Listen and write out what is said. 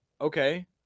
Okay